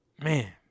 man